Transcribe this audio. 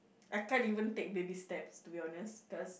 I can't even take baby steps to be honest cause